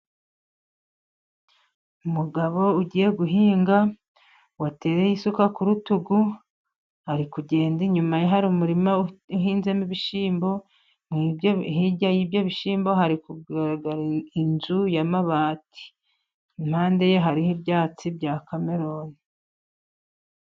Umugabo ugiye guhinga watereye isuka ku rutugu. Ari kugenda, inyuma ye hari umurima uhinzemo ibishyimbo. Hirya y'ibyo bishyimbo hari kugaragara inzu y'amabati, impande ye hariho ibyatsi bya kameroni.